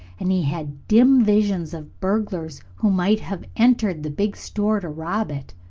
and he had dim visions of burglars who might have entered the big store to rob it.